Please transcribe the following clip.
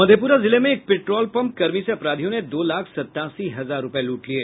मधेपुरा जिले में एक पेट्रोल पंप कर्मी से अपराधियों ने दो लाख सत्तासी हजार रुपये लूट लिये